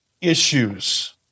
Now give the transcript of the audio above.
issues